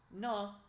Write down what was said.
No